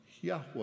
Yahweh